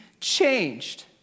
changed